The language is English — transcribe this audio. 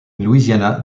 louisiana